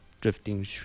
drifting